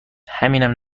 همینم